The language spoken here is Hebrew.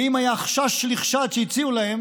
ואם היה חשש לחשד שהציעו להם